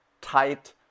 tight